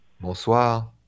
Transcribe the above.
Bonsoir